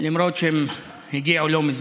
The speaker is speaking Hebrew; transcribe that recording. למרות שהם הגיעו לא מזמן,